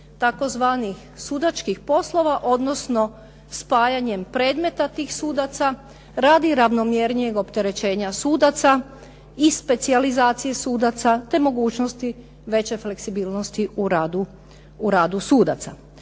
tzv. sudačkih poslova, odnosno spajanjem predmeta tih sudaca radi ravnomjernijeg opterećenja sudaca i specijalizacije sudaca te mogućnosti veće fleksibilnosti u radu sudaca.